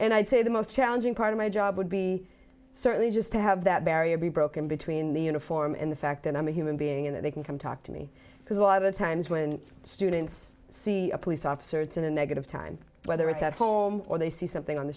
and i'd say the most challenging part of my job would be certainly just to have that barrier be broken between the uniform and the fact that i'm a human being and that they can come talk to me because a lot of the times when students see a police officer it's in a negative time whether it's at home or they see something on the